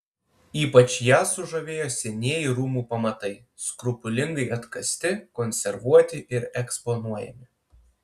ypač ją sužavėjo senieji rūmų pamatai skrupulingai atkasti konservuoti ir eksponuojami